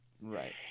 Right